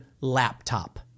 laptop